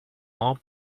more